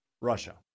Russia